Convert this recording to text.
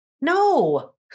No